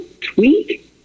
tweak